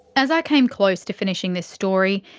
as i came close to finishing this story,